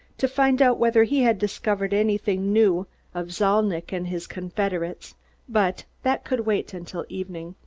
to find out whether he had discovered anything new of zalnitch and his confederates but that could wait until evening.